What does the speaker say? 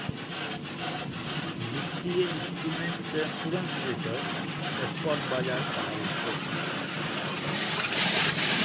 बित्तीय इंस्ट्रूमेंट केँ तुरंत बेचब स्पॉट बजार कहाबै छै